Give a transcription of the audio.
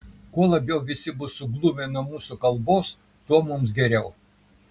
kuo labiau visi bus suglumę nuo mūsų kalbos tuo mums geriau